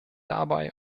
dabei